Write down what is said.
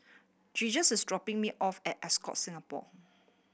Jesus is dropping me off at Ascott Singapore